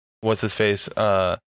What's-his-face